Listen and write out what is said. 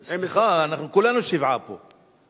סליחה, אנחנו כולנו שבעה פה.